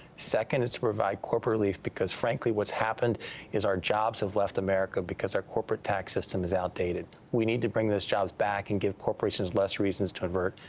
second is to provide corporate relief, because, frankly, what's happened is, our jobs have left america because our corporate tax system is outdated. we need to bring those jobs back and give corporations less reasons to avert.